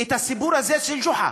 את הסיפור הזה על ג'וחא,